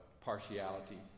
partiality